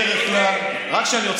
אלי אבידר, אני בדרך כלל, רק שנייה.